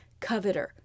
coveter